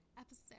episode